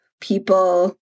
people